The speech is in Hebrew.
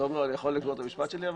תומר, אני יכול לגמור את המשפט שלי?